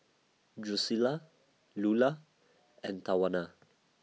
Drucilla Lula and Tawana